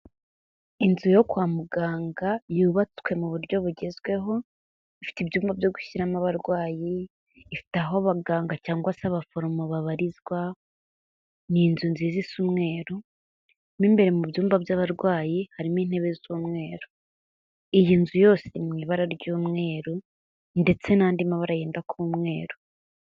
Inzu yo kwa muganga yubatswe mu buryo bugezweho, ifite ibyumba byo gushyiramo abarwayi, ifite aho abaganga cyangwa se abaforomo babarizwa, ni inzu nziza isa umweru mo imbere mu byumba by'abarwayi harimo intebe z'umweru, iyi nzu yose iri mu ibara ry'umweru ndetse n'andi mabara yenda kuba umweru.